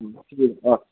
অঁ